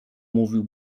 mówił